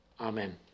Amen